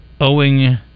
owing